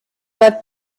let